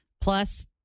Plus